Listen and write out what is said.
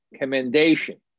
commendation